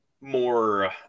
more